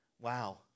Wow